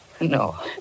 No